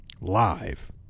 live